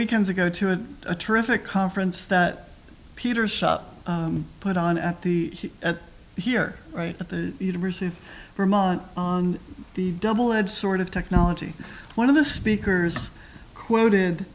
weekends ago to have a terrific conference that peter shop put on at the here at the university of vermont on the double edged sword of technology one of the speakers quoted